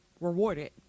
rewarded